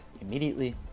immediately